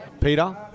Peter